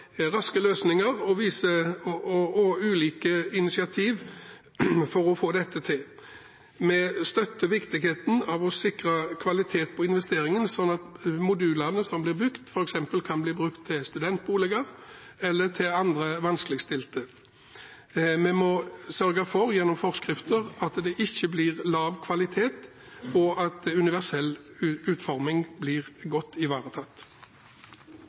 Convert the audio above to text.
raske løsninger og ulike initiativ for å få dette til. Vi støtter viktigheten av å sikre kvalitet på investeringen, slik at modulene som blir brukt, f.eks. kan bli brukt til studentboliger eller til andre vanskeligstilte. Vi må sørge for gjennom forskrifter at det ikke blir lav kvalitet, og at universell utforming blir godt ivaretatt.